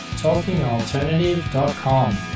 talkingalternative.com